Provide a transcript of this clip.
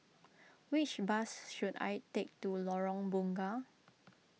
which bus should I take to Lorong Bunga